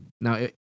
Now